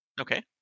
Okay